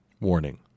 Warning